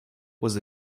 was